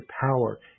power